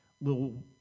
little